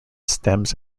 stems